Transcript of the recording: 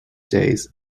days